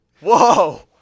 Whoa